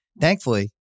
Thankfully